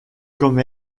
comme